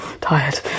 Tired